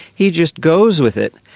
he just goes with it.